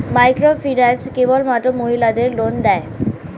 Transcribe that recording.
Microfinance কেবলমাত্র মহিলাদের loan দেয়?